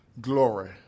glory